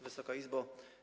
Wysoka Izbo!